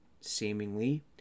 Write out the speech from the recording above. seemingly